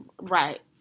Right